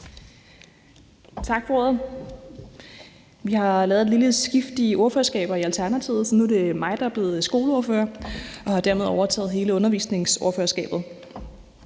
Tak for ordet. Vi har lavet et lille skift i ordførerskaber i Alternativet, så nu er det mig, der er blevet skoleordfører, og jeg har dermed overtaget hele undervisningsordførerskabet.